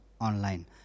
online